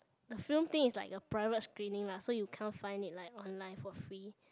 a film thing is like a private screening lah so you cannot find it like online for free